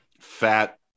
fat